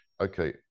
Okay